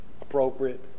appropriate